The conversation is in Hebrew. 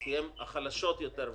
כי הן החלשות יותר,